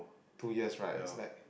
two years right is like